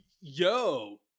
yo